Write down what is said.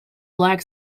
black